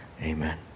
amen